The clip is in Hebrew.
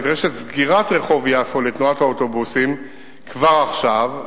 נדרשת סגירת רחוב יפו לתנועת האוטובוסים כבר עכשיו,